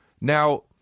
Now –